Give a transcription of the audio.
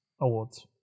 Awards